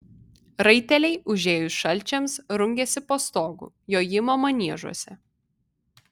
raiteliai užėjus šalčiams rungiasi po stogu jojimo maniežuose